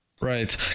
Right